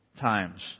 times